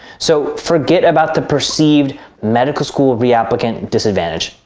so forget about the perceived medical school reapplicant disadvantage.